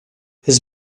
his